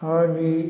और भी